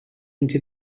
into